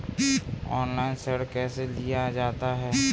Online ऋण कैसे लिया जाता है?